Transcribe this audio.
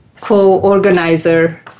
co-organizer